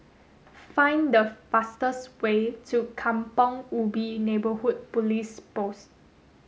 find the fastest way to Kampong Ubi Neighbourhood Police Post